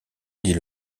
dit